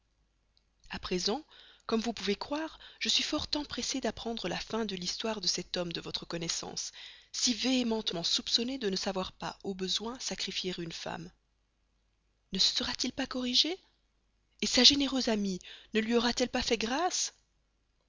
à présent comme vous pouvez croire je suis fort empressé d'apprendre la fin de l'histoire de cet homme de votre connaissance si véhémentement soupçonné de ne savoir pas au besoin sacrifier une femme ne se sera-t-il pas corrigé sa généreuse amie ne lui aura-t-elle pas fait grâce